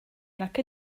nac